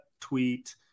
tweet